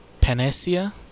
Panacea